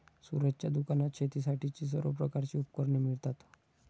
सूरजच्या दुकानात शेतीसाठीची सर्व प्रकारची उपकरणे मिळतात